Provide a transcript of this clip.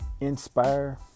inspire